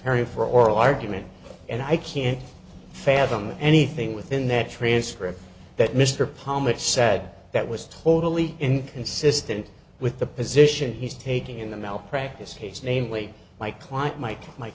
perry for oral argument and i can't fathom anything within that transcript that mr palmer it said that was totally inconsistent with the position he's taking in the malpractise case namely my client mi